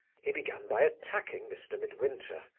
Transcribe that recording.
he began by attacking mr. midwinter.